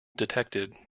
detected